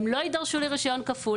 הם לא יידרשו לרישיון כפול,